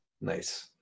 Nice